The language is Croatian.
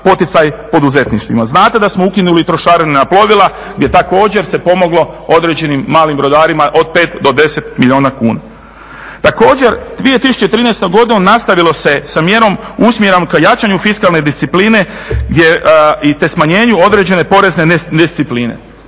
Znate da smo ukinuli trošarine na plovila gdje također se pomoglo određenim malim brodarima od 5 do 10 milijuna kuna. Također 2013. godine nastavilo se sa mjerom usmjerenom ka jačanju fiskalne discipline te smanjenju određene porezne nediscipline.